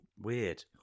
Weird